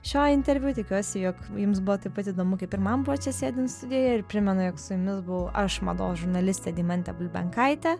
šio interviu tikiuosi jog jums buvo taip pat įdomu kaip ir man buvo čia sėdint studijoje ir primenu jog su jumis buvau aš mados žurnalistė deimantė bulbenkaitė